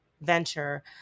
venture